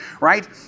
right